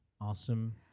awesome